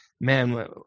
man